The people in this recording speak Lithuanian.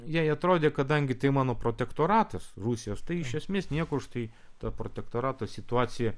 jai atrodė kadangi tai mano protektoratas rusijos tai iš esmės niekur štai ta protektorato situacija